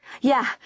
Yeah